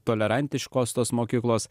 tolerantiškos tos mokyklos